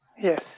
Yes